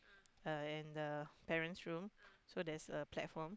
uh and the parent's room so there's a platform